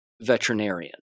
veterinarian